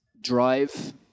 drive